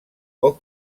poc